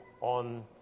on